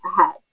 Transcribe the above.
ahead